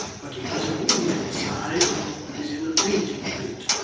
but he has a wound in his side, and is in a fainting-fit